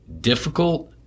difficult